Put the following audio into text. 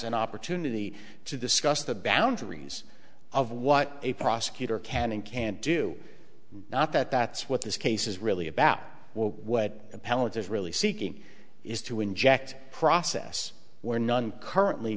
an opportunity to discuss the boundaries of what a prosecutor can and can't do not that that's what this case is really about well what appellate is really seeking is to inject process where none currently